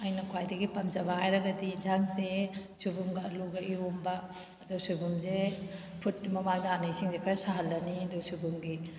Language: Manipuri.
ꯑꯩꯅ ꯈ꯭ꯋꯥꯏꯗꯒꯤ ꯄꯥꯝꯖꯕ ꯍꯥꯏꯔꯒꯗꯤ ꯌꯦꯟꯁꯥꯡꯁꯦ ꯁꯣꯏꯕꯨꯝꯒ ꯑꯂꯨꯒ ꯏꯔꯣꯟꯕ ꯑꯗꯨ ꯁꯣꯏꯕꯨꯝꯁꯦ ꯐꯨꯠꯇ꯭ꯔꯤꯉꯩ ꯃꯃꯥꯡꯗ ꯍꯥꯟꯅ ꯏꯁꯤꯡꯁꯦ ꯈꯔ ꯁꯥꯍꯜꯂꯅꯤ ꯑꯗꯨꯒ ꯁꯣꯏꯕꯨꯝꯒꯤ